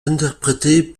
interprétée